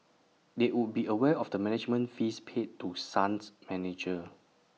they would be aware of the management fees paid to sun's manager